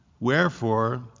Wherefore